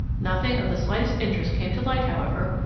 nothing of the slightest interest came to light, however,